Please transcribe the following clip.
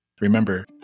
Remember